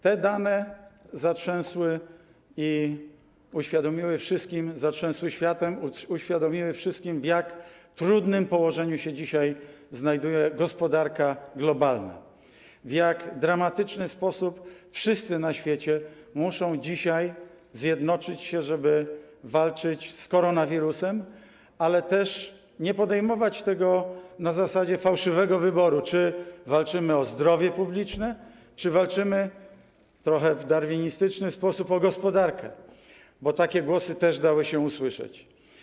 Te dane zatrzęsły światem i uświadomiły wszystkim, w jak trudnym położeniu dzisiaj znajduje się gospodarka globalna, w jak dramatyczny sposób wszyscy na świecie muszą dzisiaj zjednoczyć się, żeby walczyć z koronawirusem, ale też nie podejmować tego na zasadzie fałszywego wyboru, czy walczymy o zdrowie publiczne, czy walczymy, trochę w darwinistyczny sposób, o gospodarkę, bo takie głosy też dały się usłyszeć.